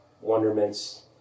wonderments